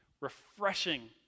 Refreshing